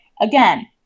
again